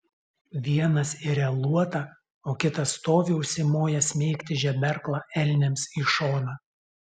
vienas iria luotą o kitas stovi užsimojęs smeigti žeberklą elniams į šoną